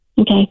Okay